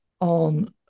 on